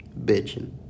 Bitching